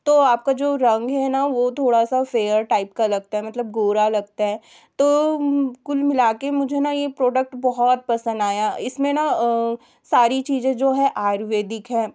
तो आपका जो रंग है न वह थोड़ा सा फेयर टाइप का लगता है मतलब गोरा लगता है तो कुल मिला कर मुझे न यह प्रोडक्ट बहुत पसंद आया इसमें न सारी चीज़ें जो है आयुर्वेदिक हैं